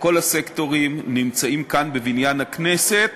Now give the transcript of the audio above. וכל הסקטורים נמצאים כאן בבניין הכנסת